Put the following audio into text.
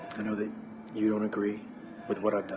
i know that you don't agree with what i've done.